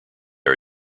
are